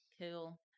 cool